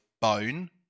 bone